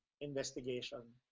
investigation